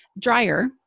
dryer